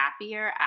happier